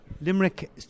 Limerick